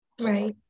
right